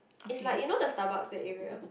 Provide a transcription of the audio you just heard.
is like you know the Starbucks that area